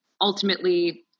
ultimately